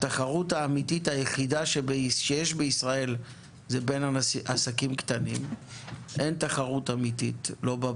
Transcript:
התחרות האמיתית היחידה שיש בישראל היא בין עסקים קטנים; היא לא בבנקים,